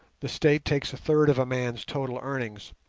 the state takes a third of a man's total earnings,